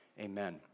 Amen